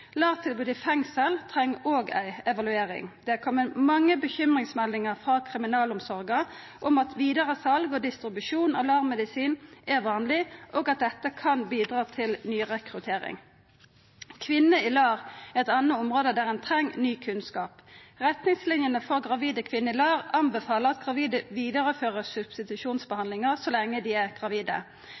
i fengsel treng òg ei evaluering. Det er kome mange bekymringsmeldingar frå kriminalomsorga om at vidaresal og distribusjon av LAR-medisin er vanleg, og at dette kan bidra til nyrekruttering. Kvinner i LAR er eit anna område der ein treng ny kunnskap. Retningslinjene for gravide kvinner i LAR anbefaler at gravide vidarefører substitusjonsbehandlinga så lenge dei er gravide.